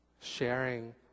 sharing